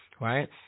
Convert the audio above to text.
right